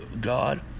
God